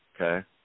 okay